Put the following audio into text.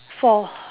for